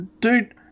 Dude